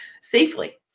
safely